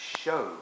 show